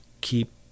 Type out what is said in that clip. keep